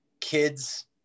kids